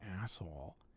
asshole